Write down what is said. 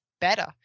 better